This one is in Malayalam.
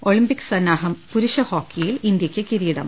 ഒളിംപിക്സ് സന്നാഹ പുരുഷ ഹോക്കിയിൽ ഇന്ത്യക്ക് കിരീ ടം